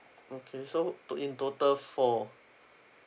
okay so to~ in total four